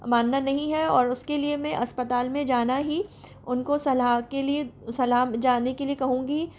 मनाना नहीं है और उसके लिए मैं अस्पताल में जाना ही उनको सलाह के लिए सलाह जाने के लिए कहूँगी